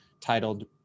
titled